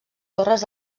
torres